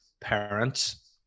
parents